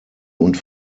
und